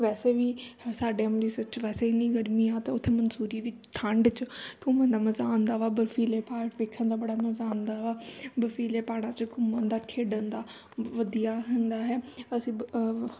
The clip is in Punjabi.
ਵੈਸੇ ਵੀ ਸਾਡੇ ਅੰਮ੍ਰਿਤਸਰ 'ਚ ਵੈਸੇ ਇੰਨੀ ਗਰਮੀ ਆ ਤਾਂ ਉੱਥੇ ਮਨਸੂਰੀ ਵਿੱਚ ਠੰਡ 'ਚ ਘੁੰਮਣ ਦਾ ਮਜ਼ਾ ਆਉਂਦਾ ਵਾ ਬਰਫ਼ੀਲੇ ਪਹਾੜ ਦੇਖਣ ਦਾ ਬੜਾ ਮਜ਼ਾ ਆਉਂਦਾ ਵਾ ਬਰਫ਼ੀਲੇ ਪਹਾੜਾਂ 'ਚ ਘੁੰਮਣ ਦਾ ਖੇਡਣ ਦਾ ਵਧੀਆ ਹੁੰਦਾ ਹੈ ਅਸੀਂ